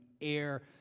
air